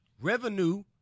Revenue